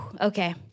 Okay